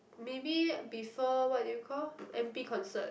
maybe before what do you call n_p concert